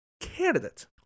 candidate